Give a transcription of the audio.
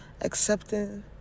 accepting